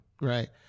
right